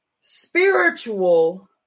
Spiritual